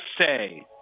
say